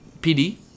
PD